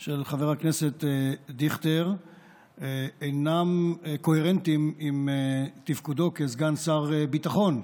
של חבר הכנסת דיכטר אינם קוהרנטיים עם תפקודו כסגן שר ביטחון,